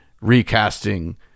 recasting